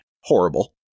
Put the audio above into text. Horrible